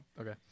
Okay